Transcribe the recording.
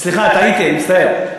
סליחה, טעיתי, אני מצטער.